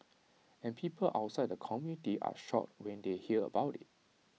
and people outside the community are shocked when they hear about IT